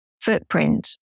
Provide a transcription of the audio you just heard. footprint